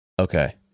Okay